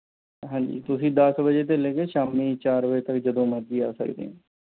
ਹਾਂਜੀ ਤੁਸੀਂ ਦਸ ਵਜੇ ਤੋਂ ਲੈ ਕੇ ਸ਼ਾਮੀ ਚਾਰ ਵਜੇ ਤੱਕ ਜਦੋਂ ਮਰਜ਼ੀ ਆ ਸਕਦੇ ਹੋ